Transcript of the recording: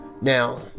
Now